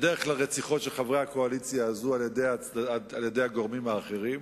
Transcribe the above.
בדרך כלל הן רציחות של חברי הקואליציה הזאת על-ידי הגורמים האחרים,